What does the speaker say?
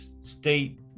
state